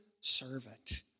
servant